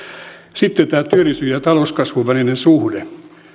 sitten tämä työllisyyden ja talouskasvun välinen suhde